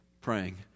praying